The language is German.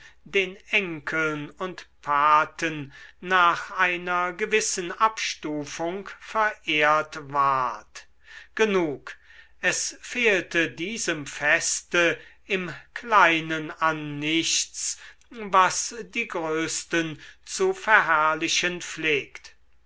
den enkeln und paten nach einer gewissen abstufung verehrt ward genug es fehlte diesem feste im kleinen an nichts was die größten zu verherrlichen pflegt